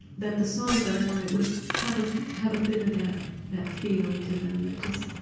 that the songs that i write would have ah have a bit of that that feeling to them that just,